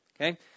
Okay